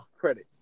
credit